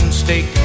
steak